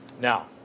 Now